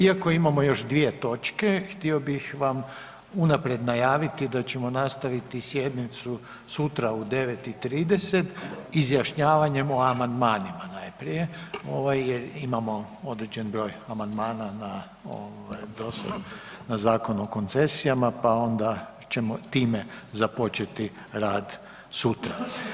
Iako imamo još 2 točke htio bih vam unaprijed najaviti da ćemo nastaviti sjednicu sutra u 9 i 30 izjašnjavanjem o amandmanima najprije ovaj jer imamo određen broj amandmana na ovaj dosad na Zakon o koncesijama, pa onda ćemo time započeti rad sutra.